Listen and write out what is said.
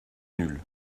nulle